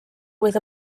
with